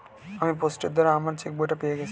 আমি পোস্টের দ্বারা আমার চেকবইটা পেয়ে গেছি